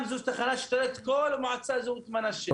זאת גם תחנה שתשרת את כל מועצה אזורית מנשה.